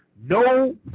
No